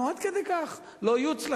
אנחנו עד כדי כך לא יוצלחים?